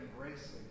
embracing